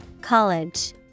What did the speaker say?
College